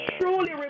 truly